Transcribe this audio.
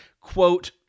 quote